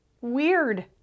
weird